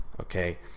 okay